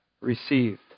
received